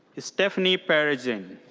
stephanie paragin.